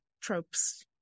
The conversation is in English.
tropes